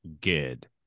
good